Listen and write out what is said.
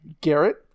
Garrett